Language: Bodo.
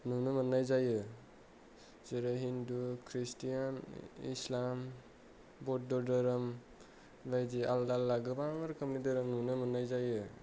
नुनो मोन्नाय जायो जेरै हिन्दु खृस्टियान इसलाम बौद्ध धोरोम बे बायदि आलादा आलादा गोबां रोखोमनि धोरोम नुनो मोन्नाय जायो